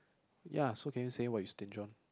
ya so okay can you say what you stinge on